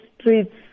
streets